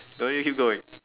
don't need keep going